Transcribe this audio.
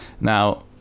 now